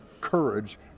courage